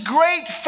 great